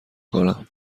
کنم